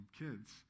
kids